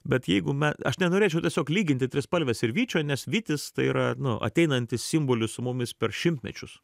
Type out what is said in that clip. bet jeigu me aš nenorėčiau tiesiog lyginti trispalvės ir vyčio nes vytis tai yra nu ateinantis simbolis su mumis per šimtmečius